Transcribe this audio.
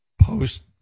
Post